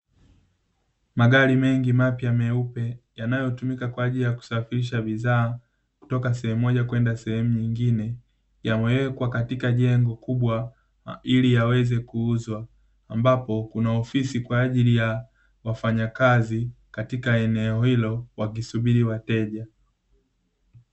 Magari mengi mapya meupe, yanayotumika kwa ajili ya kusafirisha bidhaa toka sehemu moja kwenda sehemu nyingine, yamewekwa katika jengo kubwa ili yaweze kuuzwa, ambapo kuna ofisi kwa ajili ya wafanyakazi katika eneo hilo wakisubiri wateja.